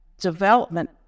development